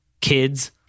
kids